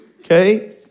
Okay